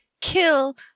kill